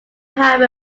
have